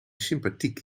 sympathiek